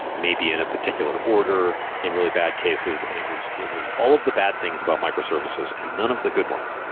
maybe in a particular order in really bad cases, and it was it was all of the bad things about microservices and none of the good ones.